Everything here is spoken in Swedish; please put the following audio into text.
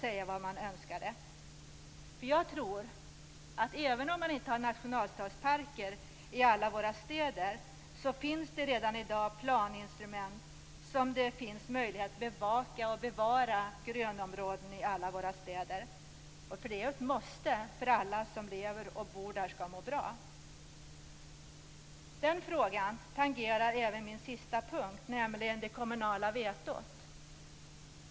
Även om man inte har nationalstadsparker i alla våra städer, tror jag att det redan i dag finns planinstrument som ger möjlighet att bevaka och bevara grönområden i alla våra städer. Det är ju ett måste för att alla som lever och bor där skall må bra. Den frågan tangerar även min sista punkt, nämligen det kommunala vetot.